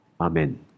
Amen